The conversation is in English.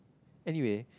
anyway